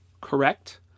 correct